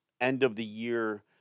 end-of-the-year